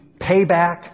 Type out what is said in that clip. payback